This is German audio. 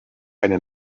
eine